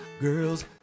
girls